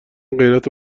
غیرت